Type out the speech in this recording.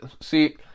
see